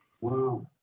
Wow